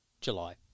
July